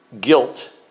guilt